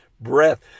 breath